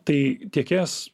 tai tiekėjas